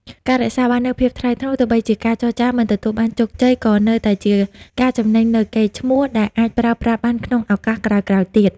ការរក្សាបាននូវភាពថ្លៃថ្នូរ ទោះបីជាការចរចាមិនទទួលបានជោគជ័យ ក៏នៅតែជាការចំណេញនូវ "កេរ្តិ៍ឈ្មោះ" ដែលអាចប្រើប្រាស់បានក្នុងឱកាសក្រោយៗទៀត។